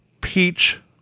peach